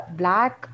black